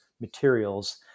materials